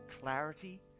clarity